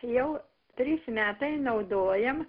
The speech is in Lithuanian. jau trys metai naudojam